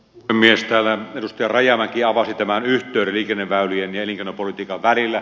täällä edustaja rajamäki avasi tämän yhteyden liikenneväylien ja elinkeinopolitiikan välillä